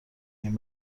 این